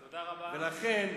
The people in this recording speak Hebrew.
לכן,